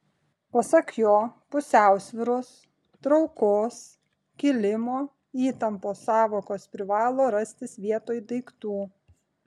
pasak jo pusiausvyros traukos kilimo įtampos sąvokos privalo rastis vietoj daiktų